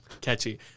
catchy